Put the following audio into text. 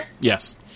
Yes